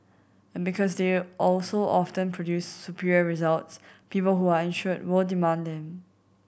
and because they also often produce superior results people who are insured were demand them